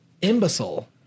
imbecile